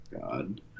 God